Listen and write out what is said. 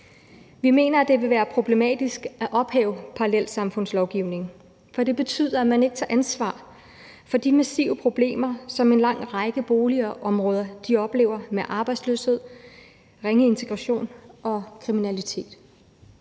Vi mener, at det vil være problematisk at ophæve parallelsamfundslovgivningen, for det betyder, at man ikke tager ansvar for de massive problemer, som man i en lang række boligområder oplever med arbejdsløshed, ringe integration og kriminalitet.